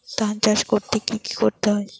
ধান চাষ করতে কি কি করতে হয়?